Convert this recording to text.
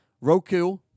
Roku